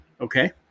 Okay